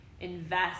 invest